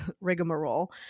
rigmarole